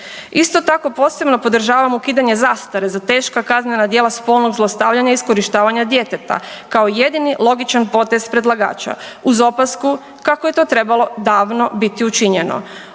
Isto tako posebno podržavam ukidanje zastare za teška kaznena djela spolnog zlostavljanja iskorištavanja djeteta kao jedini logičan potez predlagača uz opasku kako je to trebalo davno biti učinjeno,